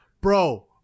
bro